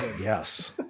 Yes